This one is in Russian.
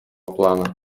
плана